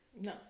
No